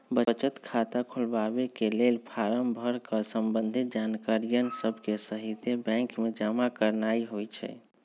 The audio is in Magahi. बचत खता खोलबाके लेल फारम भर कऽ संबंधित जानकारिय सभके सहिते बैंक में जमा करनाइ होइ छइ